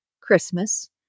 Christmas